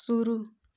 शुरू